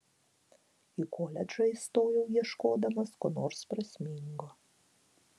į koledžą įstojau ieškodamas ko nors prasmingo